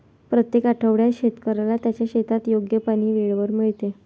प्रत्येक आठवड्यात शेतकऱ्याला त्याच्या शेतात योग्य पाणी वेळेवर मिळते